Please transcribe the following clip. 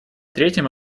третьим